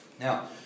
Now